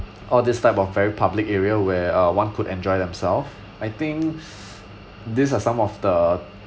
all this type of very public area where uh one could enjoy themselves I think these are some of the